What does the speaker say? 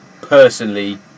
personally